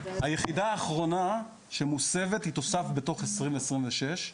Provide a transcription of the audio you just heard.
היחידה האחרונה שמוסבת היא תוסב בתוך 2026,